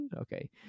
okay